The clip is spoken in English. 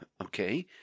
okay